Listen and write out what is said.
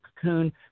cocoon